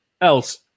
Else